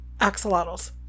axolotls